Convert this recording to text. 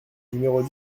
numéros